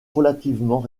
relativement